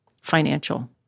financial